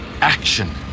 action